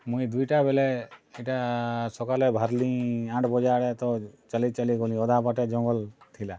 ମୁଇଁ ଦୁଇଟା ବେଲେ ଇ'ଟା ସକାଲେ ବାହାର୍ଲି ଆଠ୍ ବଜେ ଆଡ଼େ ତ ଚାଲି ଚାଲି ଗଲି ଅଧା ବାଟେ ଜଙ୍ଗଲ୍ ଥିଲା